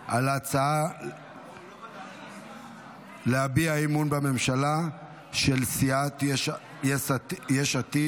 להצבעה על הצעה להביע אי-אמון בממשלה של סיעת יש עתיד.